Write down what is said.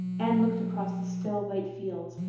anne looked across the still, white fields,